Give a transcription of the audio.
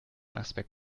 aspekt